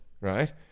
right